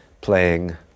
playing